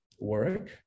work